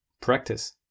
Practice